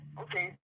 okay